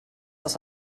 aus